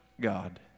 God